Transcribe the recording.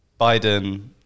Biden